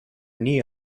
knee